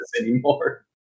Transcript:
anymore